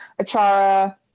Achara